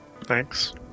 thanks